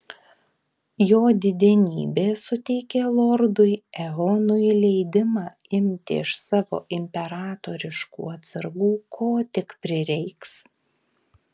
jo didenybė suteikė lordui eonui leidimą imti iš savo imperatoriškų atsargų ko tik prireiks